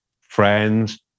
friends